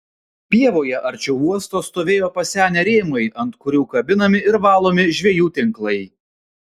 pievoje arčiau uosto stovėjo pasenę rėmai ant kurių kabinami ir valomi žvejų tinklai